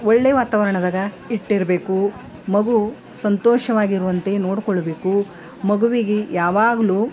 ಒಳ್ಳೆ ವಾತವರಣದಾಗ ಇಟ್ಟಿರಬೇಕು ಮಗು ಸಂತೋಷವಾಗಿರುವಂತೆ ನೋಡಿಕೊಳ್ಬೇಕು ಮಗುವಿಗೆ ಯಾವಾಗಲೂ